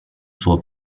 suo